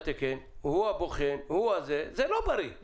אז בעניין הכלכלי זה לא מדויק מה